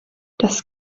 das